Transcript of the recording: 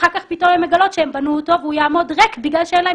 אחר כך פתאום הן מגלות שהן בנו אותו והוא יעמוד ריק כי אין להן